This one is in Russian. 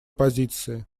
позиции